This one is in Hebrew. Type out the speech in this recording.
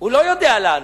הוא לא יודע לענות.